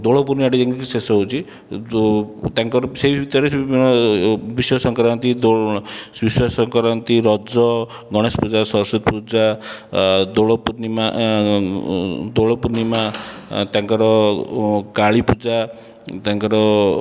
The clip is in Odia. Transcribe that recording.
ଦୋଳପୂର୍ଣ୍ଣିମା ଠାରେ ଯାଇକି ଶେଷ ହେଉଛି ଯେଉଁ ତାଙ୍କର ସେହି ଭିତରେ ବିଷୁବ ସଂକ୍ରାନ୍ତି ଦୋ ବିଷୁବ ସଂକ୍ରାନ୍ତି ରଜ ଗଣେଶ ପୂଜା ସରସ୍ଵତୀ ପୂଜା ଦୋଳପୂର୍ଣ୍ଣିମା ଦୋଳପୂର୍ଣ୍ଣିମା ତାଙ୍କର କାଳୀପୂଜା ତାଙ୍କର